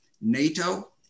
NATO